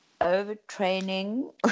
overtraining